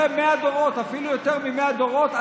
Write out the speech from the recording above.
אפילו יותר מ-100 דורות.